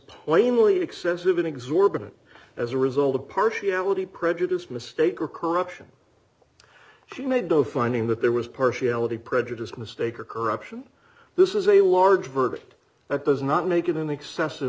plainly excessive an exorbitant as a result of partiality prejudice mistake or corruption she made a finding that there was partiality prejudice mistake or corruption this is a large verdict that does not make it an excessive